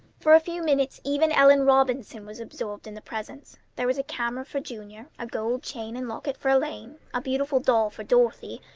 for a few minutes even ellen robinson was absorbed in the presents. there was a camera for junior, a gold chain and locket for elaine, a beautiful doll for dorothy,